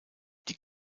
die